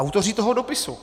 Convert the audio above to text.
Autoři toho dopisu.